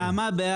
1 במאי עבר נעמה.